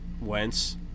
Wentz